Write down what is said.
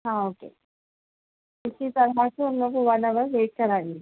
ہاں اوکے اسی سال